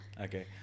Okay